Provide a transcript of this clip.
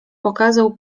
pokazał